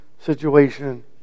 situation